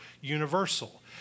universal